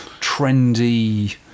trendy